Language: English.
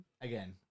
Again